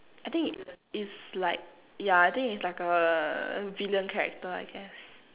I think it's like yeah I think it's like a villain character I guess